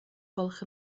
gwelwch